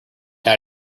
how